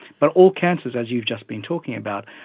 but all cancers, as you've just been talking about,